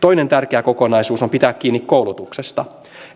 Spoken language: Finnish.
toinen tärkeä kokonaisuus on pitää kiinni koulutuksesta